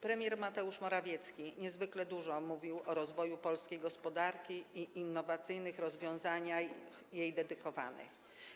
Premier Mateusz Morawiecki niezwykle dużo mówi o rozwoju polskiej gospodarki i innowacyjnych rozwiązaniach jej dedykowanych.